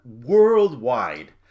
worldwide